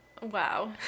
Wow